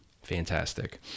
Fantastic